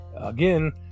again